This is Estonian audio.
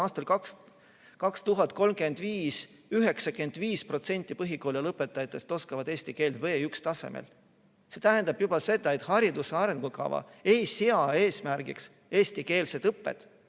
aastal 2035: 95% põhikooli lõpetajatest oskavad eesti keelt B1‑tasemel. See tähendab seda, et hariduse arengukava ei sea eesmärgiks eestikeelset õpet,